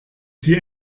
sie